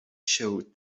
showed